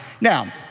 Now